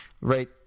right